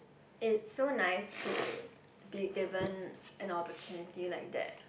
it's so nice to be given an opportunity like that